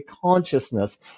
consciousness